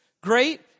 Great